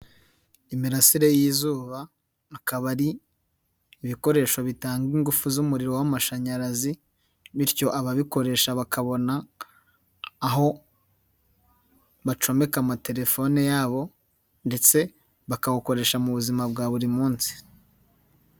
Imirasire y'izuba akaba ari ibikoresho bitanga ingufu z'umuriro w'amashanyarazi bityo ababikoresha bakabona aho bacomeka amatelefone yabo ndetse bakawukoresha mu buzima bwa buri munsi.